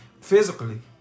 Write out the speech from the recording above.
physically